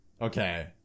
Okay